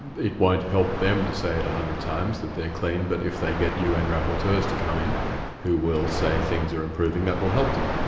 it won't help them to say it one hundred times that they're clean, but if they get un rapporteurs to come in who will say things are improving, that will help them.